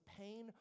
pain